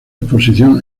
exposición